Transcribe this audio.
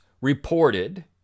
reported